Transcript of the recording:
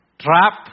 Trap